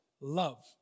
love